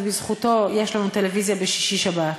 ובזכותו יש לנו טלוויזיה בשישי-שבת.